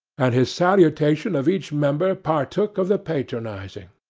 and his salutation of each member partook of the patronizing.